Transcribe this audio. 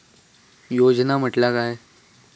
योजना म्हटल्या काय?